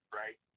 right